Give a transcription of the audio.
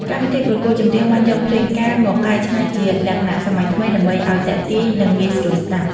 កម្មវិធីប្រកួតចម្រៀងបានយកភ្លេងការមកកែច្នៃជាលក្ខណៈសម័យថ្មីដើម្បីឲ្យទាក់ទាញនិងងាយស្រួលស្ដាប់។